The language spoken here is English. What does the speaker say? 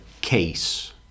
case